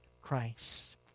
Christ